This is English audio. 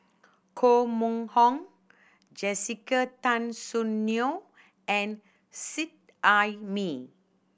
Koh Mun Hong Jessica Tan Soon Neo and Seet Ai Mee